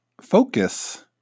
focus